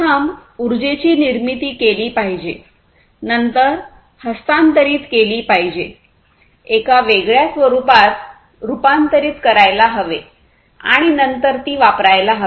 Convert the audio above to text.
प्रथम उर्जेची निर्मिती केली पाहिजे नंतर हस्तांतरित केली पाहिजे एका वेगळ्या स्वरूपात रूपांतरित करायला हवे आणि नंतर ती वापरायला हवी